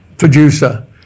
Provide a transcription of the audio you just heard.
producer